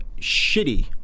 shitty